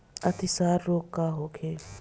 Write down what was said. अतिसार रोग का होखे?